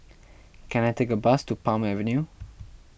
can I take a bus to Palm Avenue